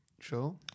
sure